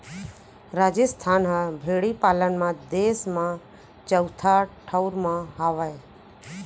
राजिस्थान ह भेड़ी पालन म देस म चउथा ठउर म हावय